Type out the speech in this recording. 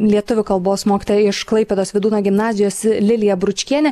lietuvių kalbos mokytoja iš klaipėdos vydūno gimnazijos lilija bručkienė